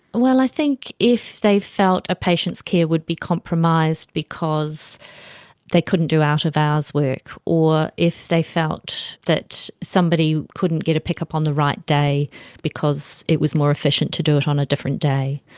well, i think if they felt a patient's care would be compromised because they couldn't do out-of-hours work or if they felt that somebody couldn't get a pickup on the right day because it was more efficient to do it on a different day,